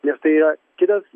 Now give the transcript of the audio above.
nes tai yra kitas